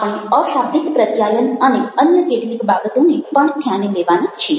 આપણે અશાબ્દિક પ્રત્યાયન અને અન્ય કેટલીક બાબતોને પણ ધ્યાને લેવાના છીએ